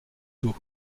tôt